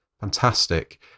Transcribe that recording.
Fantastic